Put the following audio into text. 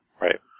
Right